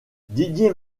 didier